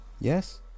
yes